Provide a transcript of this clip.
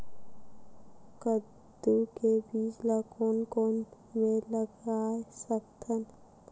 कददू के बीज ला कोन कोन मेर लगय सकथन?